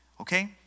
Okay